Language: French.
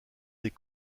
des